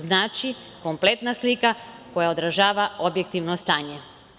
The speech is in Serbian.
Znači, kompletna slika koja odražava objektivno stanje.